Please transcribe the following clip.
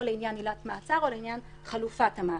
או לעניין עילת מעצר או לעניין חלופת המעצר,